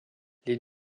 les